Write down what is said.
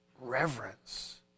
reverence